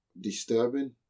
disturbing